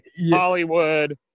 Hollywood